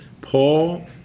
Paul